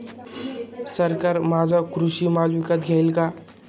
सरकार माझा कृषी माल विकत घेईल का?